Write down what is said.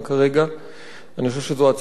אני חושב שזו הצעת חוק ראויה וטובה,